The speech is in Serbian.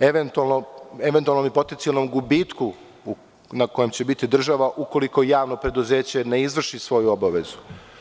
eventualnom ili potencijalnom gubitku na kojem će biti država ukoliko javno preduzeće ne izvrši svoju obavezu.